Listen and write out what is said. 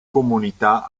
comunità